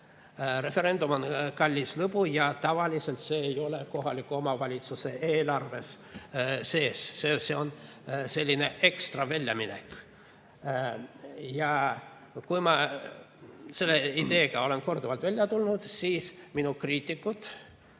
Referendum on kallis lõbu ja tavaliselt see ei ole kohaliku omavalitsuse eelarves sees, see on selline ekstra väljaminek. Kui ma selle ideega olen korduvalt välja tulnud – minu argument